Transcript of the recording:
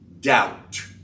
doubt